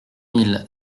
mille